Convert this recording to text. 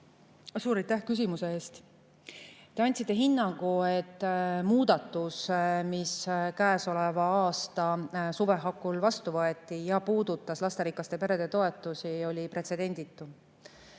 Suur aitäh küsimuse eest! Te andsite hinnangu, et muudatus, mis käesoleva aasta suve hakul vastu võeti ja puudutas lasterikaste perede toetusi, oli pretsedenditu,